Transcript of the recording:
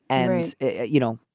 and you know,